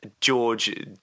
George